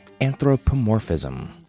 anthropomorphism